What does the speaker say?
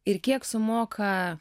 ir kiek sumoka